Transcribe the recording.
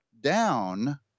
down